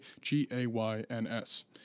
G-A-Y-N-S